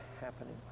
happening